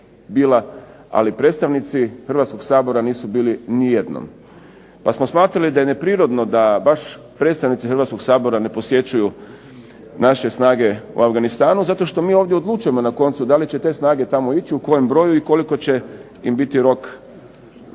Ali predstavnici Hrvatskog sabora nisu bili ni jednom, pa smo smatrali da je neprirodno da baš predstavnici Hrvatskog sabora ne posjećuju naše snage u Afganistanu zato što mi ovdje odlučujemo na koncu da li će te snage tamo ići, u kojem broju i koliko će im biti rok